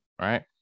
right